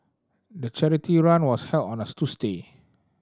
the charity run was held on a Tuesday